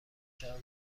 شود